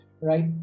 right